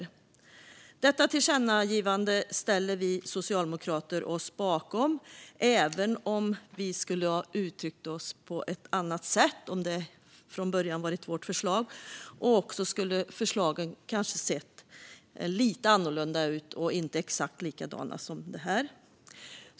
Detta förslag till tillkännagivande ställer vi socialdemokrater oss bakom även om vi skulle ha uttryckt oss på ett annat sätt om det från början varit vårt förslag, och kanske skulle förslagen också ha sett lite annorlunda ut.